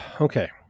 okay